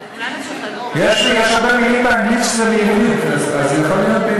יש הרבה מילים באנגלית שהן מיוונית,